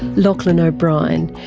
lachlan o'brien,